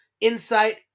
insight